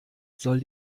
soll